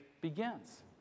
begins